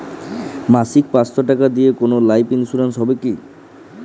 মাসিক পাঁচশো টাকা দিয়ে কোনো লাইফ ইন্সুরেন্স হবে কি?